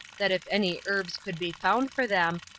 that if any herbs could be found for them,